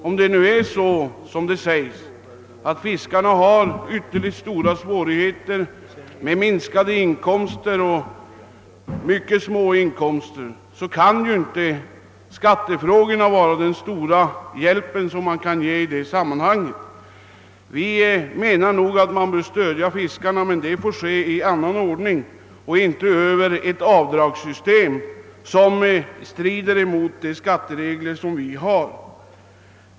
Om det är riktigt — vilket uppgetts att fiskarna har ytterligt stora svårigheter i form av små och minskande inkomster, så kan inte en utökad avdragsrätt utgöra den stora hjälp som bör presteras i detta sammanhang. Vi menar att fiskarna bör stödjas. Men detta skall inte ske via ett avdragssystem som strider emot de skatteregler vi har.